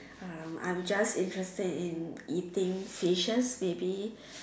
uh I'm just interested in eating fishes maybe